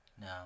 No